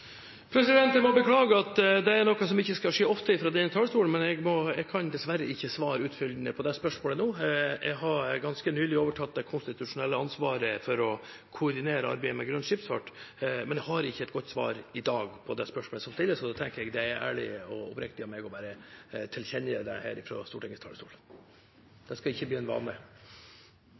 Jeg må beklage, det er noe som ikke skal skje ofte fra denne talerstolen, men jeg kan dessverre ikke svare utfyllende på det spørsmålet nå. Jeg har ganske nylig overtatt det konstitusjonelle ansvaret for å koordinere arbeidet med grønn skipsfart, men jeg har ikke et godt svar i dag på det spørsmålet som stilles, og da tenker jeg at det er ærlig og oppriktig av meg bare å tilkjennegi det fra Stortingets talerstol. Det skal ikke bli en vane.